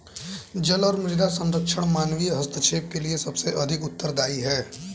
जल और मृदा संरक्षण मानवीय हस्तक्षेप के लिए सबसे अधिक उत्तरदायी हैं